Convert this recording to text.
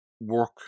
work